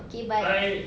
okay but